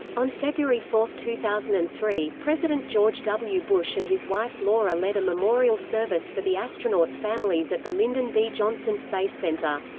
on february four, two thousand and three, president george w. bush and his wife laura led a memorial service for the astronauts' families at the lyndon b. johnson space center.